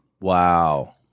Wow